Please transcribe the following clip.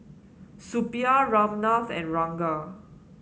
Suppiah Ramnath and Ranga